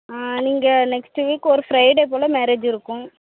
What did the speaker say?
நீங்கள் next week ஒரு Friday போல் மேரேஜ் இருக்கும்